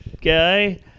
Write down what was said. guy